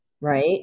right